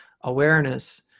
awareness